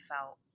felt